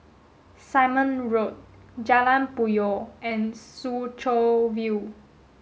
Simon Road Jalan Puyoh and Soo Chow View